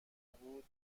بود